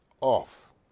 off